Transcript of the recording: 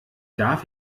darf